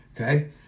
Okay